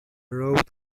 road